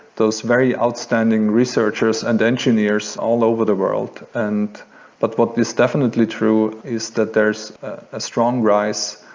those very outstanding researchers and engineers all over the world. and but what is definitely true is that there's a strong rise,